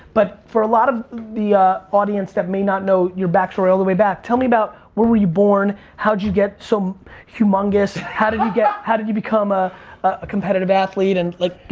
but, for a lot of the audience that may not know, your back story all the way back, tell me about where were you born, how'd you get so humongous? how did you get, how did you become ah a competitive athlete, and like,